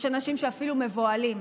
יש אנשים שאפילו מבוהלים.